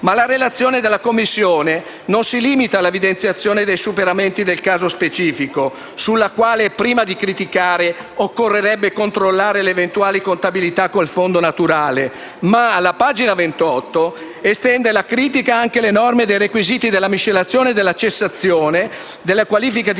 La relazione della Commissione, comunque, non si limita all'evidenziazione dei superamenti del caso specifico - sul quale, prima di criticare, occorrerebbe controllare 1'eventuale compatibilità con il fondo naturale - ma, alla pagina 28, estende la critica anche alle norme dei requisiti della miscelazione e della cessazione della qualifica di